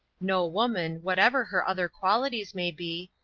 no woman, whatever her other qualities may be,